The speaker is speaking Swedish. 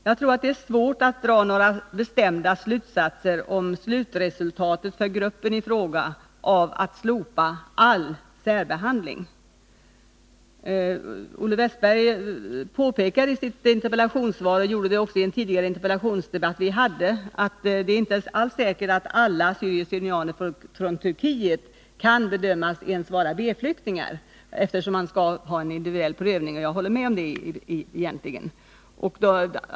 Jag tror att det är svårt att dra några bestämda slutsatser om slutresultatet för gruppen i fråga av att slopa all särbehandling. Olle Wästberg i Stockholm påpekar nu — och gjorde det också i en tidigare interpellationsdebatt — att det inte alls är säkert att alla assyrier/syrianer från Turkiet kan bedömas vara B-flyktingar, eftersom man skall ha en individuell prövning. Jag håller egentligen med om det.